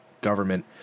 government